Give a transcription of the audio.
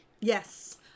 yes